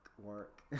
Work